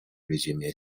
resume